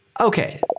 Okay